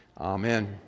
Amen